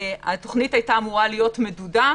התוכנית היתה אמורה להיות מדודה.